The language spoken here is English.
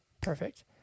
perfect